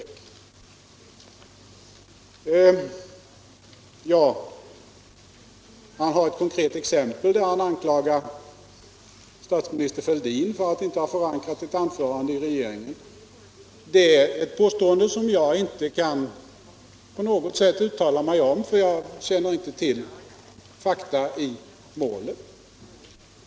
Hilding Johansson åberopar ett konkret exempel och anklagar statsminister Fälldin för att han inte förankrat ett anförande i regeringen. Det är ett påstående som jag inte på något sätt kan uttala mig om, för jag känner inte till fakta i målet.